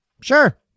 Sure